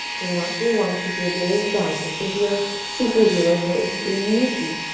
you're not here long. keep your gaze down. this is your superhero pose. breathe deep.